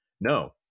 No